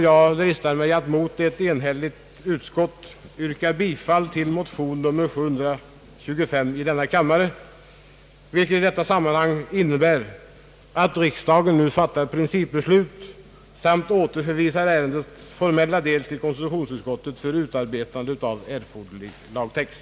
Jag dristar mig att emot ett enhälligt utskott yrka bifall till motion 725 i denna kammare, vilket innebär att riksdagen nu fattar ett principbeslut samt återremitterar ärendets formella del till konstitutionsutskottet för utarbetande av erforderlig lagtext.